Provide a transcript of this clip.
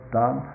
done